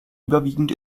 überwiegend